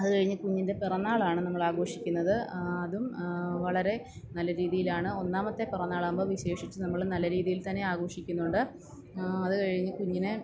അത് കഴിഞ്ഞ് കുഞ്ഞിന്റെ പിറന്നാളാണ് നമ്മള് ആഘോഷിക്കുന്നത് അതും വളരെ നല്ല രീതിയിലാണ് ഒന്നാമത്തെ പിറന്നാളാവുമ്പോൾ വിശേഷിച്ചും നമ്മൾ നല്ല രീതിയില് തന്നെ ആഘോഷിക്കുന്നുണ്ട് അത് കഴിഞ്ഞു കുഞ്ഞിനെ